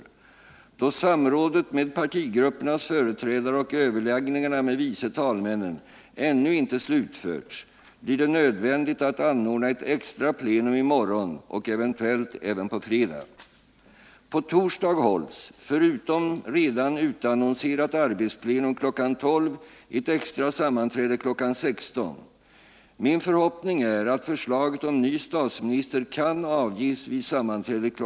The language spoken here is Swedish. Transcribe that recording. Då samrådet med partigruppernas företrädare och överläggningarna med vice talmännen ännu inte slutförts blir det nödvändigt att anordna ett extra plenum i morgon och eventuellt även på fredag. På torsdag hålls, förutom redan utannonserat arbetsplenum kl. 12.00, ett extra sammanträde kl. 16.00. Min förhoppning är att förslaget om ny statsminister kan avges vid sammanträdet kl.